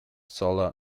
solar